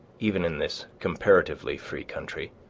even in this comparatively free country,